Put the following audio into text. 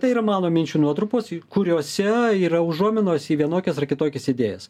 tai yra mano minčių nuotrupos kuriose yra užuominos į vienokias ar kitokias idėjas